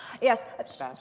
Yes